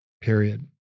period